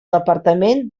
departament